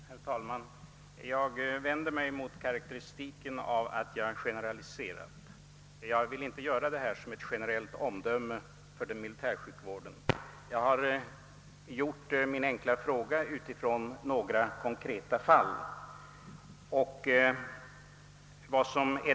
Herr talman! Jag vänder mig mot karakteristiken att jag skulle generalisera. Jag har inte avgivit något generellt omdöme om militärsjukvården utan jag har ställt min enkla fråga utifrån några konkreta fall.